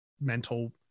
mental